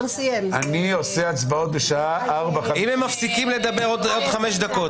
אני עושה הצבעות בשעה 04:50. אם הם מפסיקים לדבר עוד חמש דקות.